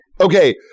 Okay